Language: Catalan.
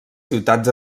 ciutats